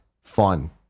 fun